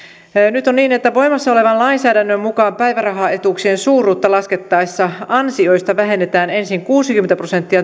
nyt on niin että voimassa olevan lainsäädännön mukaan päivärahaetuuksien suuruutta laskettaessa ansioista vähennetään ensin kuusikymmentä prosenttia